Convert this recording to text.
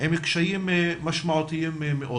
עם קשיים משמעותיים מאוד